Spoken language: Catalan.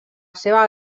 seva